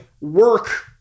work